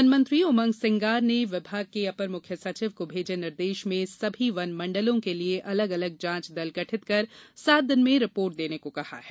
वनमंत्री उमंग सिंगार ने विभाग के अपर मुख्य सचिव को भेजे निर्देश में सभी वन मंडलों के लिए अलग अलग जांच दल गठित कर सात दिन में रिपोर्ट देने को कहा है